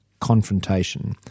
confrontation